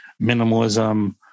minimalism